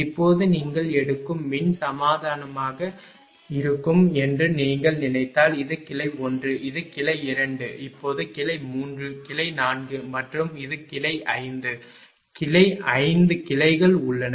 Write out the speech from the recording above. இப்போது நீங்கள் எடுக்கும் மின் சமமானதாக இருக்கும் என்று நீங்கள் நினைத்தால் இது கிளை 1 இது கிளை 2 இப்போது கிளை 3 கிளை 4 மற்றும் இது கிளை 5 வலது 5 கிளைகள் உள்ளன